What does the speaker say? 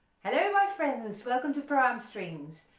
hello my friends welcome to pro am strings.